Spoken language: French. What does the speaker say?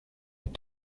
est